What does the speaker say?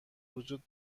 وجود